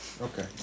okay